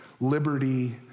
liberty